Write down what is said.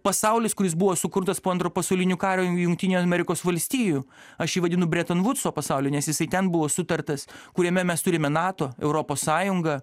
pasaulis kuris buvo sukurtas po antro pasauliniu karo jungtinių amerikos valstijų aš jį vadinu bretanvudso pasauliu nes jisai ten buvo sutartas kuriame mes turime nato europos sąjungą